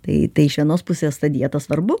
tai tai iš vienos pusės ta dieta svarbu